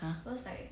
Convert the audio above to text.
ha